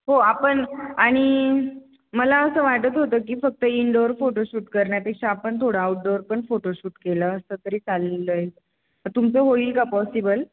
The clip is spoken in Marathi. हो आपण आणि मला असं वाटत होतं की फक्त इनडोअर फोटोशूट करण्यापेक्षा आपण थोडं आऊटडोअर पण फोटोशूट केलं असं तरी चाललं आहे तुमचं होईल का पॉसिबल